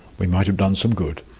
we might have done some good.